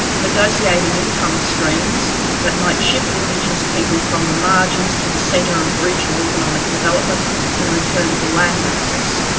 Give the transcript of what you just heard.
negotiating income streams that might shift indigenous people from the margins to the centre of regional economic development in return for land access,